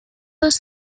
los